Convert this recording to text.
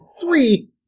three